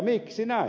miksi näin